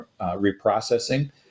reprocessing